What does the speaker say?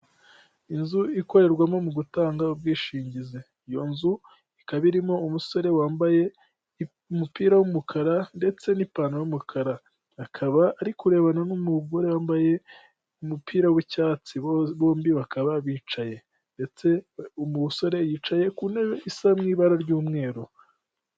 Inzu ikorerwamo mu gutanga ubwishingizi. Iyo nzu ikaba irimo umusore wambaye umupira w'umukara, ndetse n'ipantaro y'umukara. Akaba ari kurebana n'umugore wambaye umupira w'icyatsi bombi bakaba bicaye, ndetse umusore yicaye ku ntebe isa n'ibara ry'umweru.